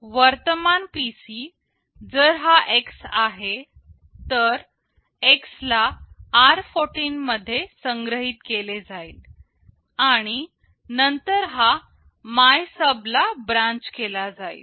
वर्तमान PC जर हा X आहे तर X ला r14 मध्ये संग्रहीत केले जाईल आणि नंतर हा MYSUB ला ब्रांच केला जाईल